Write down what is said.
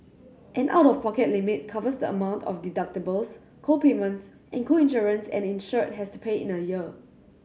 an out of pocket limit covers the amount of deductibles co payments and co insurance an insured has to pay in a year